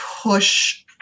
push